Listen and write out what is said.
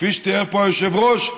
כפי שתיאר פה היושב-ראש,